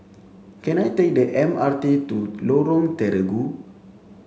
can I take the M R T to Lorong Terigu